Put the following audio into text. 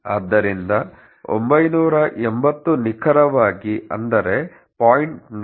ಆದ್ದರಿಂದ 980 ನಿಖರವಾಗಿ ಅಂದರೆ 0